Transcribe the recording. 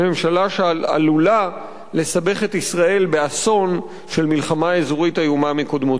וממשלה שעלולה לסבך את ישראל באסון של מלחמה אזורית איומה מקודמותיה.